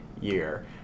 year